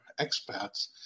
expats